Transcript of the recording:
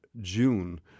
June